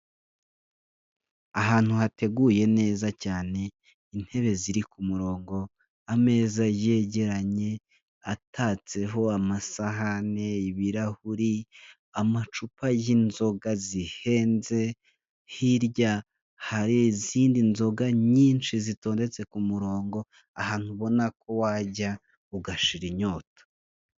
Ahantu hateguye neza cyane, intebe ziri ku murongo, ameza yegeranye atatseho amasahane, ibirahuri, amacupa y'inzoga zihenze, hirya hari izindi nzoga nyinshi zitondetse ku murongo, ahantu ubona ko wajya ugashira inyota.